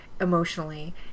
emotionally